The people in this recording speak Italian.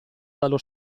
dallo